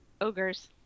ogres